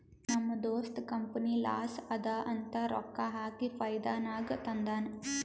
ನಮ್ ದೋಸ್ತ company loss ಅದಾ ಅಂತ ರೊಕ್ಕಾ ಹಾಕಿ ಫೈದಾ ನಾಗ್ ತಂದಾನ್